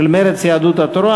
הצעת אי-אמון של מרצ ויהדות התורה.